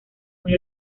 muy